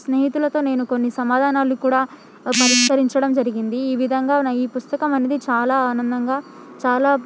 స్నేహితులతో నేను కొన్ని సమాధానాలు కూడా పరిష్కరించడం జరిగింది ఈ విధంగా ఈ పుస్తకం అనేది చాలా ఆనందంగా చాలా